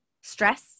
Stress